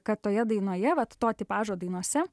kad toje dainoje vat to tipažo dainose